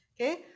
Okay